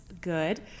good